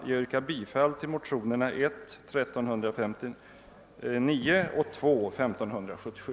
Jag yrkar bifall till mo :tionerna I: 1359 och 11: 1577.